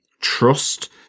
trust